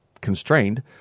constrained